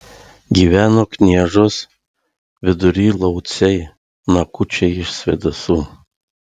gyveno kniežos vidury lauciai nakučiai iš svėdasų